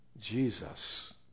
Jesus